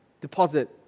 deposit